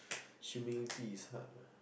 humility is hard lah